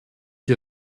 die